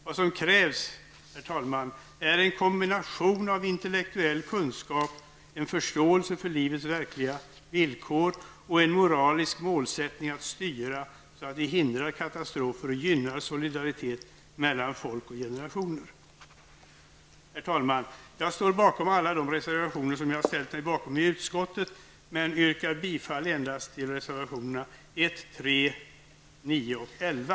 Vad som krävs, herr talman, är en kombination av intellektuell kunskap, en förståelse för livets verkliga villkor och en moralisk målsättning att styra så att vi hindrar katastrofer och gynnar solidaritet mellan folk och generationer. Herr talman! Jag står bakom alla de reservationer som jag ställt mig bakom i utskottet men yrkar bifall endast till reservationerna 1, 3, 9 och 11.